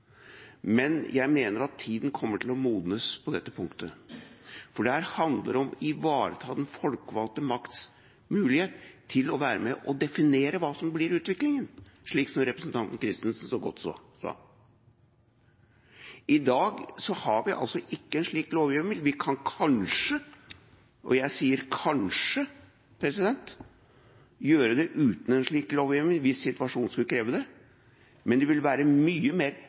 men jeg mener at tida kommer til å modnes på dette punktet. Det handler om å ivareta den folkevalgte makts mulighet til å være med og definere hva som blir utviklinga, slik som representanten Christensen så godt sa. I dag har vi ikke en slik lovhjemmel. Vi kan kanskje – og jeg sier kanskje – gjøre det uten en slik lovhjemmel hvis situasjonen skulle kreve det, men det ville være mye mer